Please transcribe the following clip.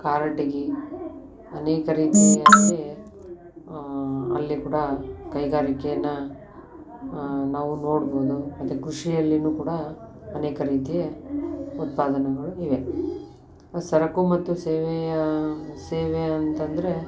ಕಾರಟಗಿ ಅನೇಕ ರೀತಿಯಲ್ಲಿ ಅಲ್ಲಿ ಕೂಡ ಕೈಗಾರಿಕೆನ ನಾವು ನೋಡ್ಬೋದು ಮತ್ತೆ ಕೃಷಿಯಲ್ಲಿ ಕೂಡ ಅನೇಕ ರೀತಿ ಉತ್ಪಾದನೆಗಳು ಇವೆ ಸರಕು ಮತ್ತೆ ಸೇವೆಯ ಸೇವೆ ಅಂತಂದರೆ